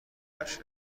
باشه